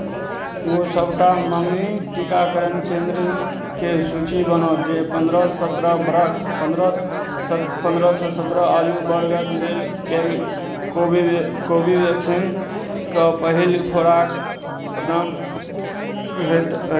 ओ सभटा मङ्गनीक टीकाकरण केन्द्रके सूची बनाउ जे पन्द्रह सत्रह बरख पन्द्रह सत् पन्द्रहसँ सत्रह आयु वर्गक लेल केवि कोविवै कोविवैक्सीनके पहिल खोराक प्रदान करैत अछि